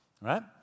right